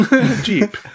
Jeep